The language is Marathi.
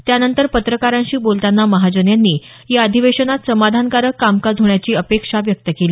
त्यानंतर पत्रकारांशी बोलताना महाजन यांनी या अधिवेशनात समाधानकारक कामकाज होण्याची अपेक्षा व्यक्त केली